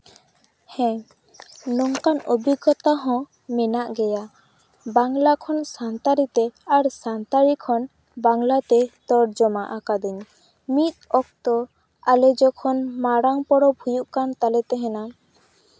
ᱦᱮᱸ ᱱᱚᱝᱠᱟᱱ ᱚᱵᱷᱤᱜᱽᱜᱚᱛᱟ ᱦᱚᱸ ᱢᱮᱱᱟᱜ ᱜᱮᱭᱟ ᱵᱟᱝᱞᱟ ᱠᱷᱚᱱ ᱥᱟᱱᱛᱟᱲᱤ ᱛᱮ ᱟᱨ ᱥᱟᱱᱛᱟᱲᱤ ᱠᱷᱚᱱ ᱵᱟᱝᱞᱟ ᱛᱮ ᱛᱚᱨᱡᱚᱢᱟ ᱟᱠᱟᱫᱟᱹᱧ ᱢᱤᱫ ᱚᱠᱛᱚ ᱟᱞᱮ ᱡᱚᱠᱷᱚᱱ ᱢᱟᱨᱟᱝ ᱯᱚᱨᱚᱵᱽ ᱦᱩᱭᱩᱜ ᱠᱟᱱ ᱛᱟᱞᱮ ᱛᱟᱦᱮᱱᱟ